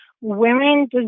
women